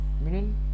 meaning